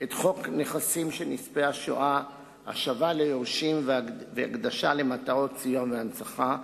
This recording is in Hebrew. את חוק נכסים של נספי השואה (השבה ליורשים והקדשה למטרות סיוע והנצחה),